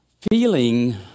feeling